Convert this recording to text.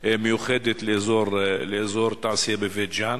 מיוחדת לאזור התעשייה בבית-ג'ן,